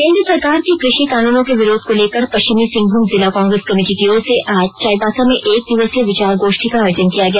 केंद्र सरकार के कृषि कानूनों के विरोध को लेकर पश्चिमी सिंहभूम जिला कांग्रेस कमेटी की ओर से आज चाईबासा में एक दिवसीय विचार गोष्ठी का आयोजन किया गया